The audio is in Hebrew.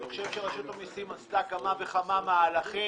אני חושב שרשות המיסים עשתה כמה וכמה מהלכים.